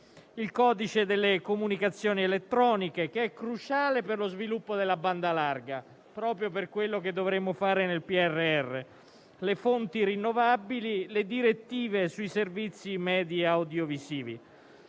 il codice delle comunicazioni elettroniche, che è cruciale per lo sviluppo della banda larga, proprio per quello che dovremmo fare nel PNRR; le fonti rinnovabili e le direttive sui servizi media-audiovisivi.